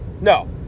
No